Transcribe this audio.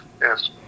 yes